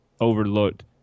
overlooked